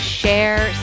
share